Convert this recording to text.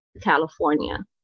California